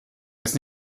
jetzt